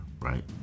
right